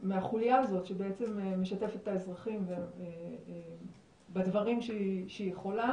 מהחוליה הזאת שמשתפת את האזרחים בדברים שהיא יכולה